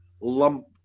lump